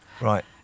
Right